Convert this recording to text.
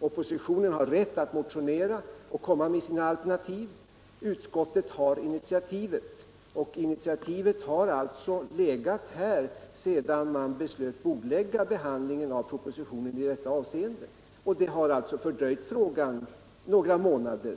Oppositionen har rätt att motionera och komma med sina alternativ. Utskottet tar initiativ. Initiativet har legat hos utskottet sedan man beslöt att bordlägga behandlingen av propositionen i detta avseende. Detta beslut har alltså fördröjt behandlingen av frågan med några månader.